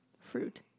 fruit